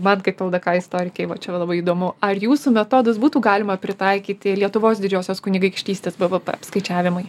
mat kaip ldk istorikei va čia labai įdomu ar jūsų metodus būtų galima pritaikyti lietuvos didžiosios kunigaikštystės bvp skaičiavimai